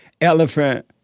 elephant